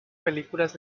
películas